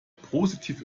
positiv